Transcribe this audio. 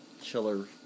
chiller